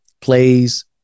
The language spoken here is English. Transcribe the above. plays